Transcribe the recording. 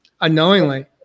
unknowingly